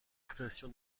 création